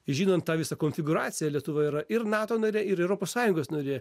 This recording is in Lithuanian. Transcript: žinant tą visą konfigūraciją lietuva yra ir nato narė ir europos sąjungos narė